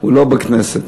לא בכנסת.